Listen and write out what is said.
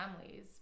families